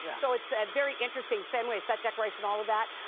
and so it's a very interesting, same way, set decoration, all of that.